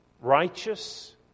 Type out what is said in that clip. righteous